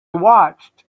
watched